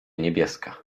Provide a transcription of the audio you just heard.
niebieska